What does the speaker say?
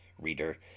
reader